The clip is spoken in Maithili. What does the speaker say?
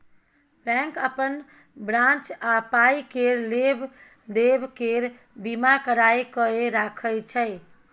बैंक अपन ब्राच आ पाइ केर लेब देब केर बीमा कराए कय राखय छै